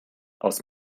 aus